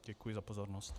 Děkuji za pozornost.